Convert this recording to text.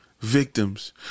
Victims